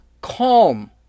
calm